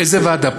איזה ועדה?